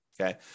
okay